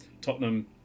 Tottenham